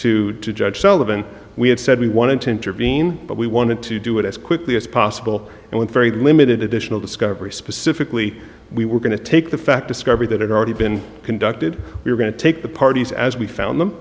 to the judge sullivan we had said we wanted to intervene but we wanted to do it as quickly as possible and with very limited additional discovery specifically we were going to take the fact discovery that had already been conducted we're going to take the parties as we found them